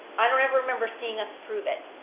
i don't ever remember seeing us approve it,